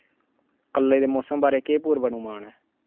कल्लै दे मौसम बारै केह् पूर्वानुमान ऐ